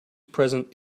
present